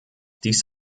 dies